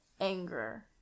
anger